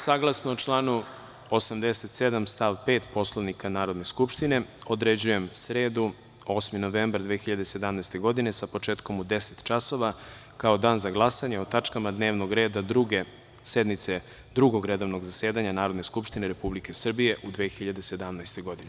Saglasno članu 87. stav 5. Poslovnika Narodne skupštine, određujem sredu, 8. novembar 2017. godine, sa početkom u 10.00 časova, kao Dan za glasanje o tačkama dnevnog reda Druge sednice Drugog redovnog zasedanja Narodne skupštine Republike Srbije u 2017. godini.